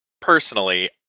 personally